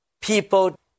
people